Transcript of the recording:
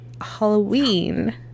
Halloween